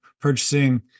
purchasing